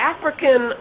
African